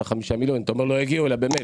ה-5 מיליון אם אתה אומר לא יגיעו אליה במילא.